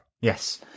Yes